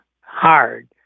hard